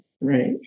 right